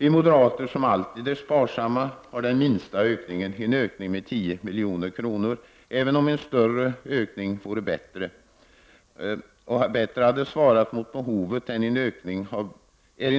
Vi moderater som alltid är sparsamma har den minsta ökningen, 10 milj.kr. Även om en större ökning bättre hade svarat mot behovet är en